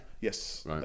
Yes